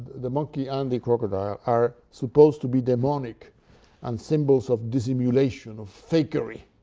the monkey and the crocodile, are supposed to be demonic and symbols of dissimulation, of fakery.